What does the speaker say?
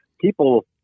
people